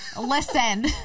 Listen